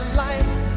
life